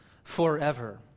forever